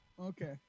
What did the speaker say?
Okay